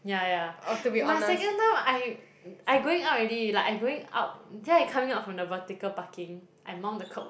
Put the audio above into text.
ya ya my second time I I going out already like I going out then I coming out from the vertical parking I mount the curb [what]